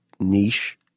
niche